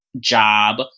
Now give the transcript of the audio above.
job